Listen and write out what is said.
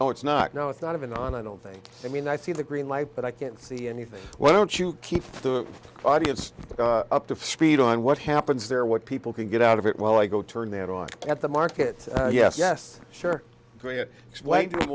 oh it's not no it's not even on i don't think i mean i see the green light but i can't see anything why don't you keep the audience up to speed on what happens there what people can get out of it while i go turn it on at the market yes yes sure